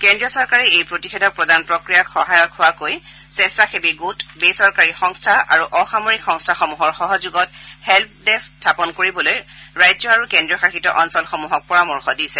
কেন্দ্ৰীয় চৰকাৰে এই প্ৰতিষেধক প্ৰদান প্ৰক্ৰিয়াত সহায়ক হোৱাকৈ স্বেছাসেৱী গোট বেচৰকাৰী সংস্থা আৰু অসামৰিক সংস্থাসমূহৰ সহযোগত হেল্প ডেস্থ স্থাপন কৰিবলৈ ৰাজ্য আৰু কেন্দ্ৰীয় শাসিত অঞ্চলসমূহক পৰামৰ্শ দিছে